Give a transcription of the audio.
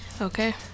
Okay